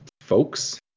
folks